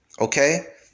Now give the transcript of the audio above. okay